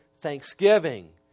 thanksgiving